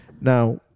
Now